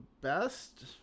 Best